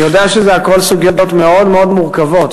אני יודע שהכול סוגיות מאוד מאוד מורכבות,